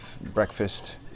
breakfast